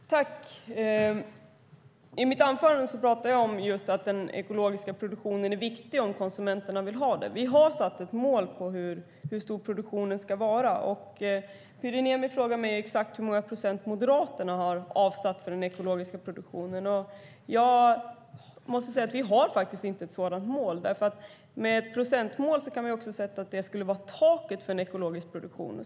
Fru talman! I mitt anförande pratade jag om att den ekologiska produktionen är viktig om konsumenterna vill ha den. Vi har satt ett mål för hur stor produktionen ska vara. Pyry Niemi frågar mig om exakt hur många procent Moderaterna har avsatt för den ekologiska produktionen. Vi har faktiskt inte ett sådant mål. Ett procentmål kan också uppfattas som taket för en ekologisk produktion.